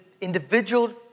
individual